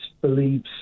believes